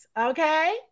okay